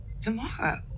Tomorrow